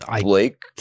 Blake